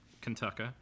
Kentucky